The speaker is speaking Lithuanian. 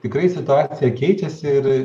tikrai situacija keičiasi ir